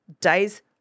days